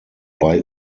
bei